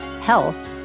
health